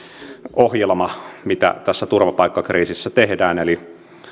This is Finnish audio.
ohjelma siitä mitä tässä turvapaikkakriisissä tehdään eli